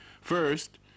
First